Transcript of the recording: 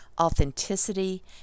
authenticity